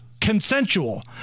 Consensual